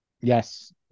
Yes